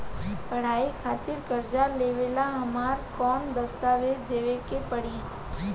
पढ़ाई खातिर कर्जा लेवेला हमरा कौन दस्तावेज़ देवे के पड़ी?